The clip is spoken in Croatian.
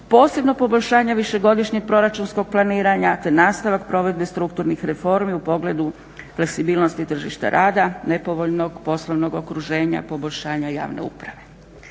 posebnog poboljšanja višegodišnjeg proračunskog planiranja te nastavak provedbe strukturnih reformi u pogledu fleksibilnosti tržišta rada, nepovoljnog poslovnog okruženja, poboljšanja javne uprave.